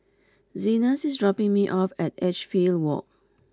Zenas is dropping me off at Edgefield Walk